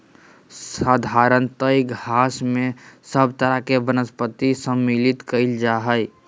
साधारणतय घास में सब तरह के वनस्पति सम्मिलित कइल जा हइ